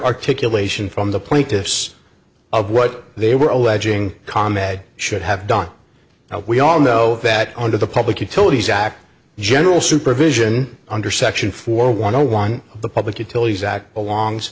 articulation from the plaintiffs of what they were alleging com ed should have done now we all know that under the public utilities act general supervision under section for one on one the public utilities act along